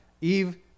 eve